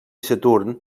saturn